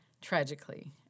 Tragically